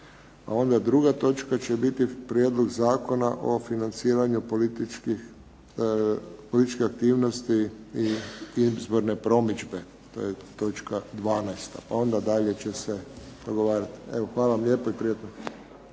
a onda druga točka će biti Prijedlog zakona o financiranju političke aktivnosti i izborne promidžbe, to je točka 12, pa onda dalje će se dogovarati. Evo hvala vam lijepo i prijatno.